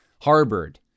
harbored